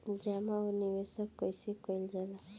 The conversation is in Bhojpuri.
जमा और निवेश कइसे कइल जाला?